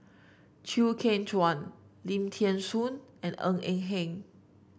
Chew Kheng Chuan Lim Thean Soo and Ng Eng Hen